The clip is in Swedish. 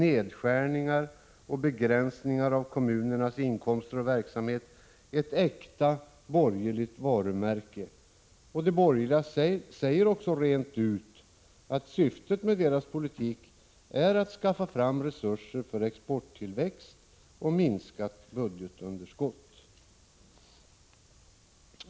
Nedskärningar och begränsningar i kommunernas inkomster och verksamhet är däremot sedan gammalt ett äkta borgerligt varumärke. De borgerliga säger också rent ut att syftet med deras politik är att skaffa fram resurser för exporttillväxt och minskat budgetunderskott.